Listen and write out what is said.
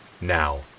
Now